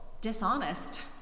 dishonest